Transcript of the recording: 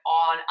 on